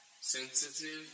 Sensitive